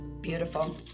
Beautiful